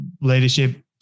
leadership